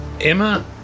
Emma